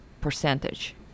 percentage